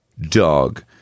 dog